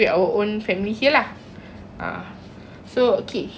so okay just just before we end all this finishing